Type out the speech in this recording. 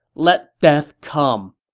let death come!